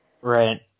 Right